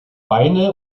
beine